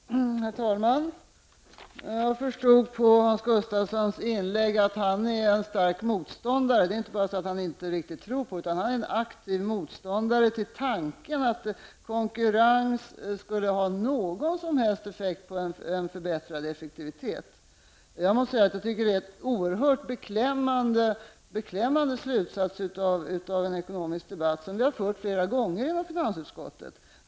Herr talman! Jag förstod av Hans Gustafssons inlägg att han är en stark motståndare -- det är inte bara så att han inte riktigt tror på, utan han är en aktiv motståndare -- till tanken att konkurrens skulle ha någon som helst effekt när det gäller en förbättrad effektivitet. Det är en oerhört beklämmande slutsats av den ekonomiska debatt som vi fört vid flera tillfällen i finansutskottet.